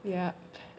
yup